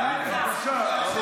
אני לא מאמין שסגן השר נגד, רבותיי,